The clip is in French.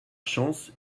chance